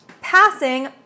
passing